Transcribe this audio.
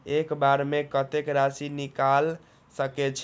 एक बार में कतेक राशि निकाल सकेछी?